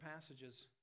passages